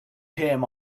him